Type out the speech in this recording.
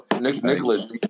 Nicholas